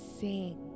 sing